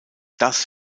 das